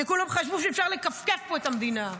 כולם חשבו שאפשר לכפכף פה את המדינה.